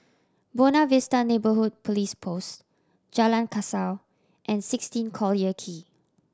Buona Vista Neighbourhood Police Post Jalan Kasau and sixteen Collyer Quay